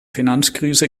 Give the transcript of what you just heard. finanzkrise